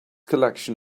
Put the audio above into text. collection